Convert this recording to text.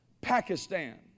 Pakistan